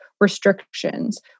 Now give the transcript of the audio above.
restrictions